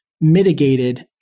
mitigated